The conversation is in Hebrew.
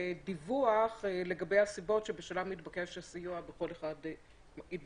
ודיווח בשל הסיבות שבשלן התבקש הסיוע כאמור בכל אחד מהם.".